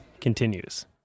continues